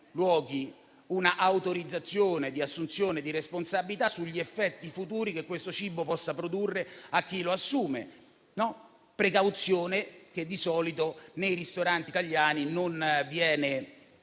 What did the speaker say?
luoghi, un'autorizzazione legata all'assunzione di responsabilità sugli effetti futuri che questo cibo possa produrre su chi lo assume. È una precauzione che di solito nei ristoranti italiani non viene